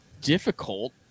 difficult